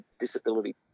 disability